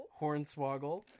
Hornswoggle